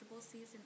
season